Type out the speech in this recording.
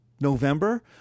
November